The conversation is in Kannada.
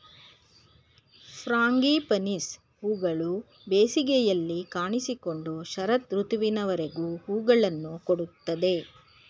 ಫ್ರಾಂಗಿಪನಿಸ್ ಹೂಗಳು ಬೇಸಿಗೆಯಲ್ಲಿ ಕಾಣಿಸಿಕೊಂಡು ಶರತ್ ಋತುವಿನವರೆಗೂ ಹೂಗಳನ್ನು ಕೊಡುತ್ತದೆ